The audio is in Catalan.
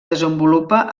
desenvolupa